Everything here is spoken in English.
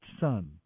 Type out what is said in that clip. son